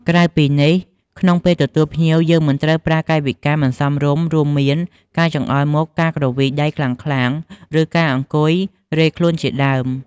ក្រៅពីនេះក្នុងពេលទទួលភ្ញៀវយើងមិនត្រូវប្រើកាយវិការមិនសមរម្យរួមមាន ការចង្អុលមុខ ការគ្រវីដៃខ្លាំងៗ ឬការអង្គុយរេខ្លួនជាដើម។